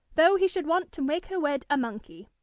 though he should want to make her wed a monkey.